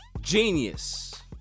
genius